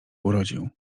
urodził